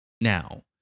now